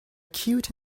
cute